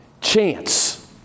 chance